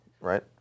right